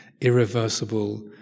irreversible